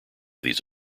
these